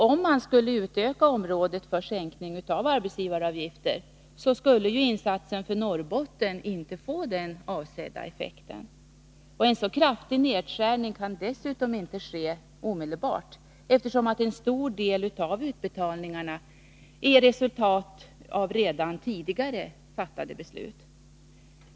Om man skulle utöka området för sänkning av arbetsgivaravgifter, skulle insatsen för Norrbotten inte få den avsedda effekten. En så kraftig nedskärning kan dessutom inte ske omedelbart, eftersom en stor del av utbetalningarna är resultat av redan tidigare fattade beslut.